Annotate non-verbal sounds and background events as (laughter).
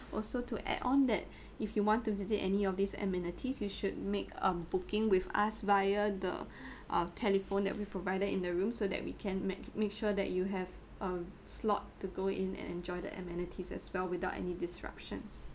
also to add on that (breath) if you want to visit any of these amenities you should make a booking with us via the (breath) uh telephone that we provided in the room so that we can make make sure that you have uh slot to go in and enjoy the amenities as well without any disruptions